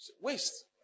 Waste